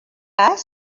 cas